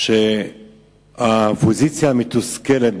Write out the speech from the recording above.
והאופוזיציה המתוסכלת,